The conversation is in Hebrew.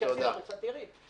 כנסי לבורסה, תראי.